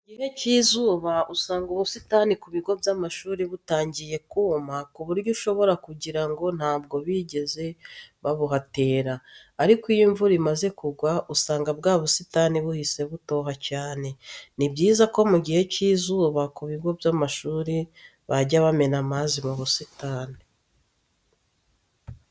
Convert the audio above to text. Mu gihe cy'izuba usanga ubusitani ku bigo by'amashuri butangiye kuma ku buryo ushobora kugira ngo ntabwo bigeze babuhatera, ariko iyo imvura imaze kugwa usanga bwa busitani buhise butoha cyane. Ni byiza ko mu gihe cy'izuba ku bigo by'amashuri bajya bamena amazi mu busitani.